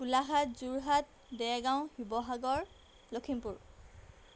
Golaghat Jorhat Dergaon Sivasagar Lakhimpur